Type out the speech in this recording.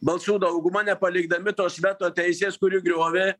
balsų dauguma nepalikdami tos veto teisės kuri griovė